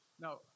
Now